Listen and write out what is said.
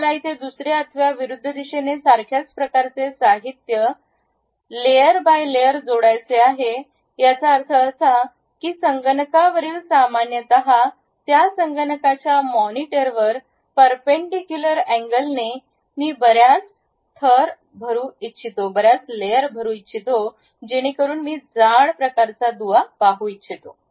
तर मला इथे दुसऱ्या अथवा विरुद्ध दिशेने सारख्याच प्रकारचे साहित्य लेयर बाय लेयर जोडायचे आहे याचा अर्थ असा की संगणकावरील सामान्यतः त्या संगणकाच्या मॉनिटरवर परपेंडीकुलर अँगलने मी बर्याच थर भरू इच्छितो जेणेकरुन मी जाड प्रकारचा दुवा पाहू इच्छितो